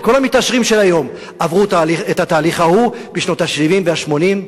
וכל המתעשרים של היום עברו את התהליך ההוא בשנות ה-70 וה-80,